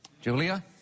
Julia